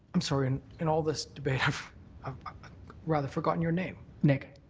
um sort of in and all this debate, i've um rather forgotten your name. nick.